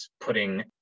putting